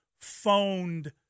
phoned